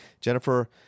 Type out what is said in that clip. Jennifer